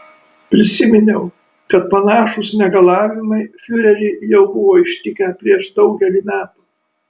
prisiminiau kad panašūs negalavimai fiurerį jau buvo ištikę prieš daugelį metų